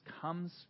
comes